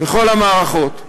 בכל המערכות.